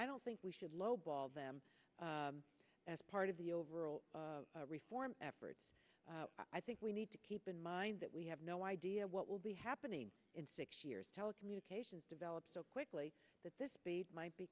i don't think we should lowball them as part of the overall reform effort i think we need to keep in mind that we have no idea what will be happening in six years telecommunications develop so quickly that this might be